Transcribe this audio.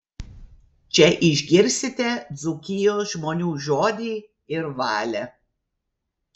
čia išgirsite dzūkijos žmonių žodį ir valią